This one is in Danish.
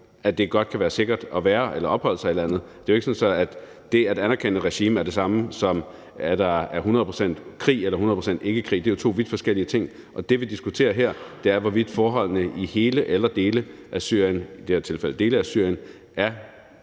at det godt kan være sikkert at være eller opholde sig i landet. Det er jo ikke sådan, at det at anerkende et regime er det samme, som at der er hundrede procent krig eller hundrede procent ikkekrig. Det er jo to vidt forskellige ting. Det, vi diskuterer her, er, hvorvidt forholdene i hele eller dele af Syrien – i det her tilfælde dele af Syrien – er